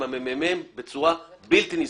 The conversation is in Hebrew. מרכז המחקר והמידע בצורה בלתי נסבלת.